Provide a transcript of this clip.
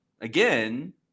again